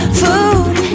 food